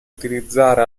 utilizzare